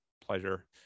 pleasure